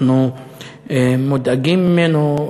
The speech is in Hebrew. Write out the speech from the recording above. אנחנו מודאגים ממנו,